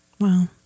Wow